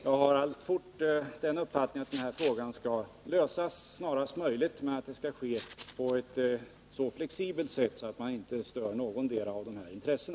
Jag har alltfort uppfattningen att den här frågan skall lösas snarast möjligt, men att det skall ske på ett flexibelt sätt så att man inte stör någotdera av dessa intressen.